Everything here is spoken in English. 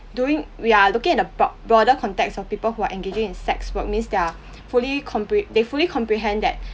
doing we are looking at the bro~ broader context of people who are engaging in sex work means they're fully compre~ they fully comprehend that